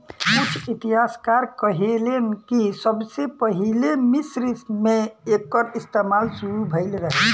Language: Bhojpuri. कुछ इतिहासकार कहेलेन कि सबसे पहिले मिस्र मे एकर इस्तमाल शुरू भईल रहे